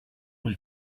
will